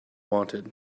wanted